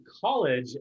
college